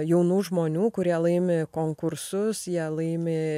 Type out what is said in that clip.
jaunų žmonių kurie laimi konkursus jie laimi